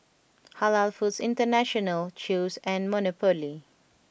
Halal Foods International Chew's and Monopoly